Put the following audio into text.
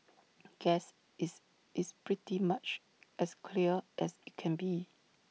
guess it's it's pretty much as clear as IT can be